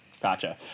Gotcha